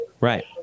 Right